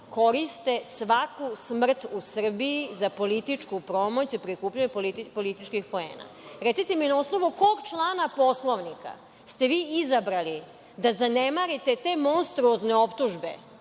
koriste svaku smrt u Srbiji za političku promociju, prikupljanje političkih poena. Recite mi, na osnovu kog člana Poslovnika ste vi izabrali da zanemarite te monstruozne optužbe